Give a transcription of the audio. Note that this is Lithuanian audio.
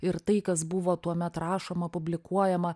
ir tai kas buvo tuomet rašoma publikuojama